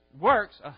works